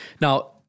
Now